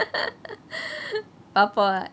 பாப்போம்:paapom